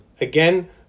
Again